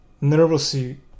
nervously